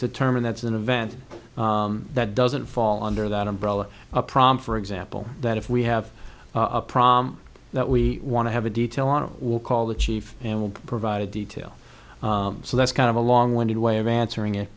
determine that's an event that doesn't fall under that umbrella a problem for example that if we have a problem that we want to have a detail on we'll call the chief and we'll provide a detail so that's kind of a long winded way of answering it